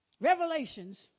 Revelations